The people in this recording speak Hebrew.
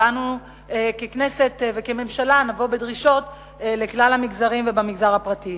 ואנו ככנסת וכממשלה נבוא בדרישות לכלל המגזרים ובמגזר הפרטי.